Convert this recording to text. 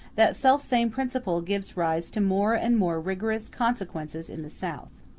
that self-same principle gives rise to more and more rigorous consequences in the south.